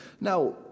Now